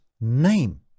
name